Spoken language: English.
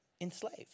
enslaved